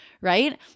Right